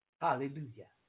Hallelujah